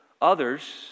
others